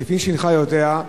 וכפי שהינך יודע,